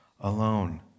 alone